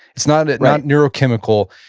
it's not not neurochemical,